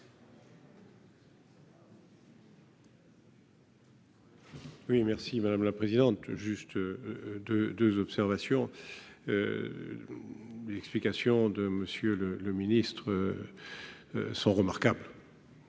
Oui merci madame la présidente, juste de 2 observations, l'explication de Monsieur le ministre sont remarquables